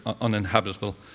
uninhabitable